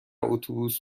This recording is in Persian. اتوبوس